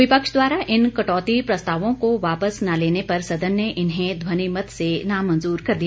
विपक्ष द्वारा इन कटौती प्रस्तावों को वापस न लेने पर सदन ने इन्हें ध्वनिमत से नामंजूर कर दिया